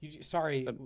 Sorry